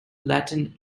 latin